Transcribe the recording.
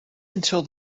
until